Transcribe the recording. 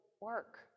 work